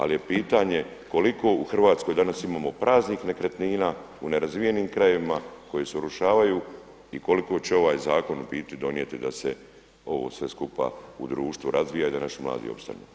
Ali je pitanje koliko u Hrvatskoj danas imamo praznih nekretnina u nerazvijenim krajevima koji se urušavaju i koliko će ovaj zakon u biti donijeti da se ovo sve skupa u društvu razvija i da naši mladi opstanu.